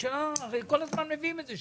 הרי כל הזמן מביאים את זה.